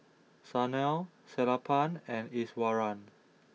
Sanal Sellapan and Iswaran